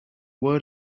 word